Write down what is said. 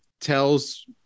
tells